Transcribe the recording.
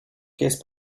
case